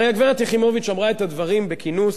הרי הגברת יחימוביץ אמרה את הדברים בכינוס,